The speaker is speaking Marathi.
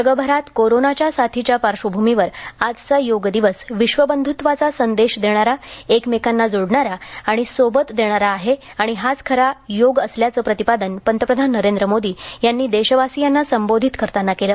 जगभरात कोरोनाच्या साथीच्या पार्श्वभूमीवर आजचा योग दिवस विश्वबंधुत्वाचा संदेश देणारा एकमेकांना जोडणारा आणि सोबत देणारा आहे आणि हाच खरा योग असल्याचं प्रतिपादन पंतप्रधान नरेंद्र मोदी यांनी देशवासियांना संबोधित करताना केलं